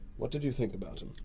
what did you think about him?